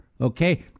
okay